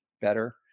better